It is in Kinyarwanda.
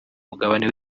mugabane